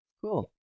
Cool